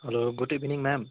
hello good evening ma'am